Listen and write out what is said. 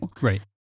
Right